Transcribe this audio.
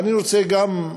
אני רוצה גם,